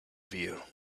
view